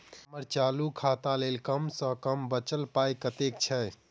हम्मर चालू खाता लेल कम सँ कम बचल पाइ कतेक छै?